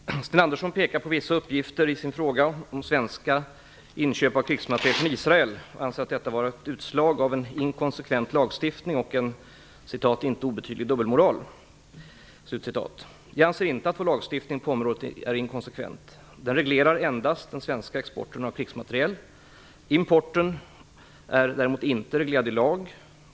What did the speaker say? Herr talman! Sten Andersson pekar i en fråga till mig på vissa uppgifter om svenska inköp av krigsmateriel från Israel och anser detta vara ett utslag av en inkonsekvent lagstiftning och "en inte obetydlig dubbelmoral". Jag anser inte att vår lagstiftning på området är inkonsekvent. Den reglerar endast den svenska exporten av krigsmateriel. Importen av krigsmateriel är däremot inte reglerad i lag.